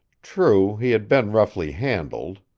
true, he had been roughly handled.